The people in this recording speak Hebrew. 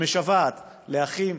שמשוועת לאחים,